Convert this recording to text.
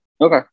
Okay